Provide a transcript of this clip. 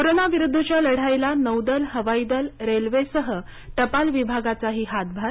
corona विरुद्धच्या लढाईला नौदल हवाई दल रेल्वे सह टपाल विभागाचाही हातभार